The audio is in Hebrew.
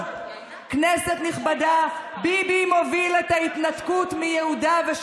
הבטחת בבחירות להסדיר בנייה ערבית בלתי חוקית עם